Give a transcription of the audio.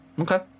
Okay